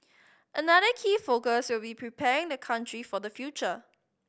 another key focus will be preparing the country for the future